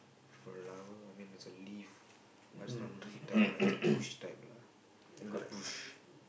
flower I mean there's a leaf but it's not tree type lah it's a bush type lah you know the bush